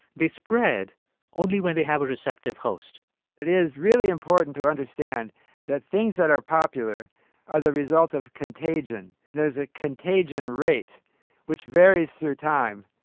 they spread only when they have a receptive host it is really important to understand that things that are popular are the result of contagion. there is a contagion rate which varies through time.